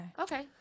okay